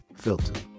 filter